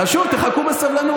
חשוב איזוק, חשוב, תחכו בסבלנות.